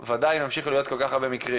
בוודאי אם ימשיכו להיות כל כך הרבה מקרים.